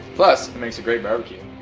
plus, it makes a great barbecue!